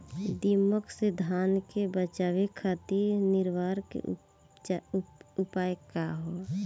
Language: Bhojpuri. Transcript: दिमक से धान के बचावे खातिर निवारक उपाय का ह?